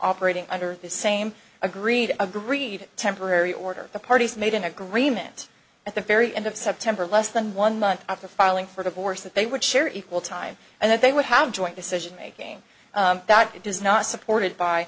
operating under the same agreed agreed temporary order the parties made an agreement at the very end of september less than one month after filing for divorce that they would share equal time and that they would have joint decision making that it is not supported by